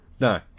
No